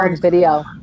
video